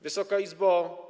Wysoka Izbo!